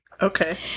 Okay